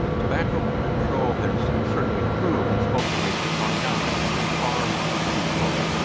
tobacco control has certainly improved and smoking rates have gone down but it's been far too slow.